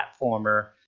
platformer